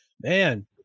man –